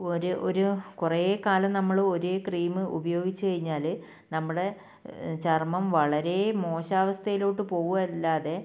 ഒരു ഒരു കുറേ കാലം നമ്മൾ ഒരേ ക്രീമ് ഉപയോഗിച്ച് കഴിഞ്ഞാൽ നമ്മുടെ ചർമ്മം വളരെ മോശം അവസ്ഥയിലോട്ട് പോവുകയല്ലാതെ